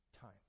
time